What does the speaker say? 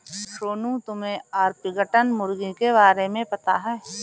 सोनू, तुम्हे ऑर्पिंगटन मुर्गी के बारे में पता है?